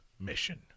mission